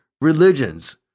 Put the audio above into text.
religions